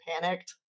panicked